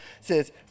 says